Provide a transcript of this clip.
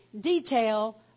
detail